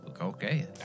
Okay